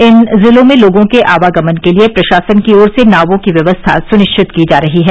इन जिलों में लोगों के आवागमन के लिए प्रशासन की ओर से नावों की व्यवस्था सुनिश्चित की जा रही है